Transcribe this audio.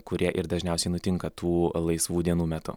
kurie ir dažniausiai nutinka tų laisvų dienų metu